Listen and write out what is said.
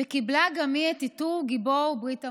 וקיבלה גם היא את עיטור גיבור ברית המועצות.